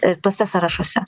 ir tuose sąrašuose